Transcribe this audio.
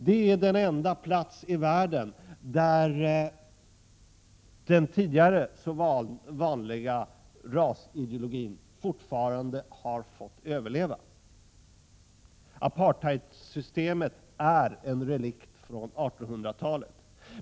Det är den enda plats i världen där den tidigare så vanliga rasideologin fortfarande har fått överleva. Apartheidsystemet är en relikt från 1800-talet.